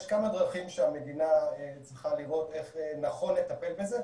יש כמה דרכים שהמדינה צריכה לראות איך נכון לטפל בזה.